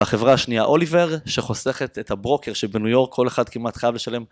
החברה השנייה אוליבר שחוסכת את הברוקר שבניו יורק כל אחד כמעט חייב לשלם.